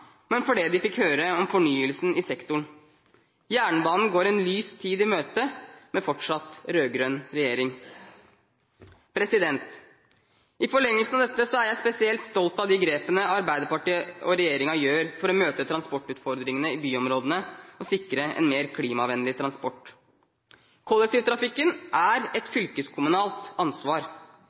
men for det de fikk høre om fornyelsen i sektoren. Jernbanen går en lys tid i møte med fortsatt rød-grønn regjering. I forlengelsen av dette er jeg spesielt stolt av de grepene Arbeiderpartiet og regjeringen gjør for å møte transportutfordringene i byområdene, og for å sikre en mer klimavennlig transport. Kollektivtrafikken er et fylkeskommunalt ansvar.